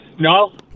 No